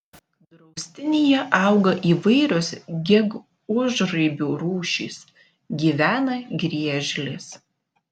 draustinyje auga įvairios gegužraibių rūšys gyvena griežlės